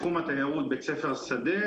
בתחום התיירות- בית הספר "שדה".